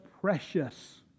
precious